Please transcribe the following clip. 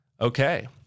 Okay